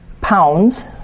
pounds